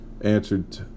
answered